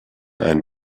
ein